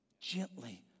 Gently